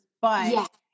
but-